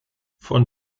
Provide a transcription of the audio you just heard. von